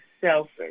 selfish